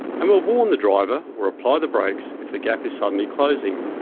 and will warn the driver or apply the brakes if the gap is suddenly closing.